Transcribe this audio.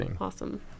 awesome